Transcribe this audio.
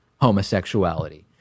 homosexuality